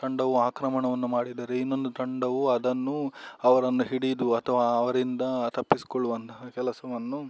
ತಂಡವು ಆಕ್ರಮಣವನ್ನು ಮಾಡಿದರೆ ಇನ್ನೊಂದು ತಂಡವು ಅದನ್ನು ಅವರನ್ನು ಹಿಡಿದು ಅಥವಾ ಅವರಿಂದ ತಪ್ಪಿಸಿಕೊಳ್ಳುವಂತಹ ಕೆಲಸವನ್ನು